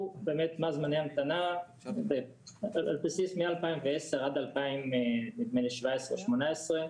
באמת מה זמני ההמתנה על בסיס מ-2010 עד 2017 או 2018,